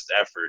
effort